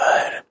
good